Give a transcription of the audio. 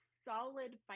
solid